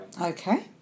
Okay